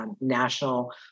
national